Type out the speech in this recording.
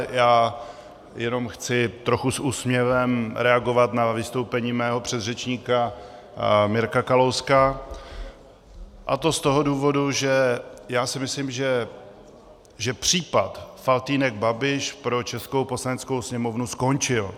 Já jenom chci trochu s úsměvem reagovat na vystoupení mého předřečníka Mirka Kalouska, a to z toho důvodu, že si myslím, že případ Faltýnek Babiš pro českou Poslaneckou sněmovnu skončil.